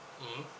mm